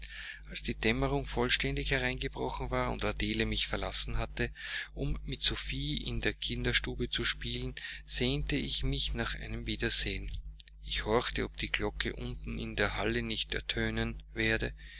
als die dämmerung vollständig hereingebrochen war und adele mich verlassen hatte um mit sophie in der kinderstube zu spielen sehnte ich mich nach einem wiedersehen ich horchte ob die glocke unten in der halle nicht ertönen werde